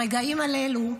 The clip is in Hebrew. ברגעים הללו,